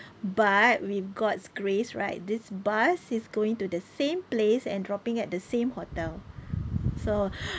but with god's grace right this bus is going to the same place and dropping at the same hotel so